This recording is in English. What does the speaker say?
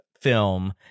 film